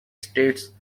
states